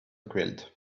grilled